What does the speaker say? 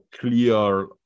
clear